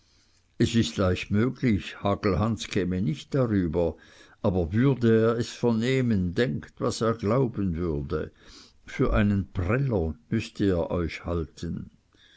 es ist leicht möglich hagelhans käme nicht darüber aber würde er es vernehmen denkt was er glauben würde für einen preller müßte er euch halten